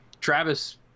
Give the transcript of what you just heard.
Travis